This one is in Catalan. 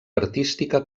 artística